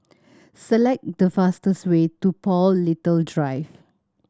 select the fastest way to Paul Little Drive